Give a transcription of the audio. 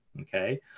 Okay